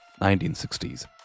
1960s